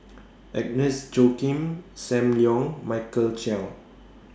Agnes Joaquim SAM Leong Michael Chiang